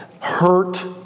Hurt